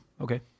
Okay